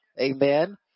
Amen